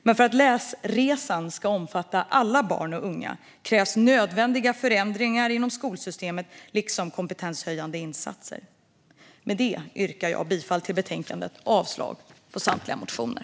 Men för att läsresan ska omfatta alla barn och unga krävs förändringar inom skolsystemet, liksom kompetenshöjande insatser. Med detta yrkar jag bifall till utskottets förslag i betänkandet och avslag på samtliga motioner.